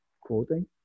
quoting